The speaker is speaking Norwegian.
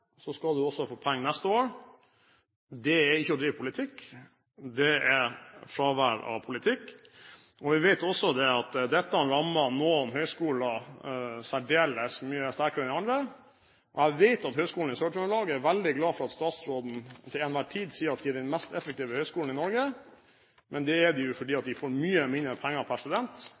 dette rammer noen høyskoler særdeles mye sterkere enn andre. Og jeg vet at Høgskolen i Sør-Trøndelag er veldig glad for at statsråden til enhver tid sier at den er den mest effektive høyskolen i Norge – men det er den jo fordi den får mye mindre penger